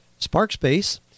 SparkSpace